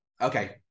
okay